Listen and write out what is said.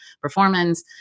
performance